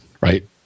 right